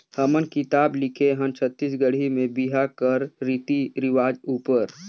हमन किताब लिखे हन छत्तीसगढ़ी में बिहा कर रीति रिवाज उपर